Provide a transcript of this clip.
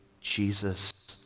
Jesus